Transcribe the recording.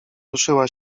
ruszyła